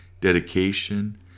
dedication